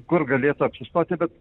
kur galėtų apsistoti bet